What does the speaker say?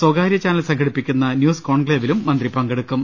സ്വകാര്യചാന്ൽ സംഘടിപ്പിക്കുന്ന ന്യൂസ് കോൺക്ലേവിലും മന്ത്രി പങ്കെടുക്കും